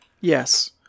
Yes